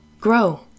grow